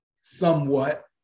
somewhat